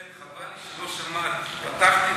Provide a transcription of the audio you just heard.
לכן חבל לי שלא שמעת, פתחתי